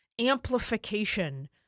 amplification